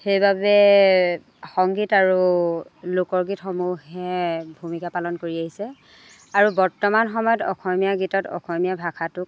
সেইবাবে সংগীত আৰু লোকগীতসমূহে ভূমিকা পালন কৰি আহিছে আৰু বৰ্তমান সময়ত অসমীয়া গীতত অসমীয়া ভাষাটোক